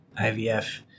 IVF